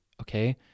okay